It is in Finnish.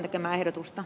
kuopan ehdotusta